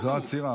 זו עצירה.